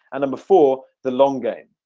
and then before the long game,